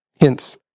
hence